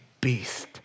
beast